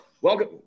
Welcome